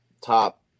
top